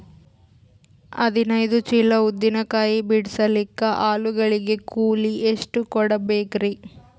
ಹದಿನೈದು ಚೀಲ ಉದ್ದಿನ ಕಾಯಿ ಬಿಡಸಲಿಕ ಆಳು ಗಳಿಗೆ ಕೂಲಿ ಎಷ್ಟು ಕೂಡಬೆಕರೀ?